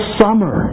summer